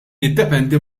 jiddependi